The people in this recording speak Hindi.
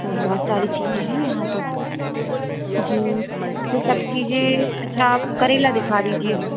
बहुत सारी चीजें हैं यहाँ तो जी सब चीज़ें अच्छा आप करेला दिखा दीजिए